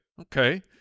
Okay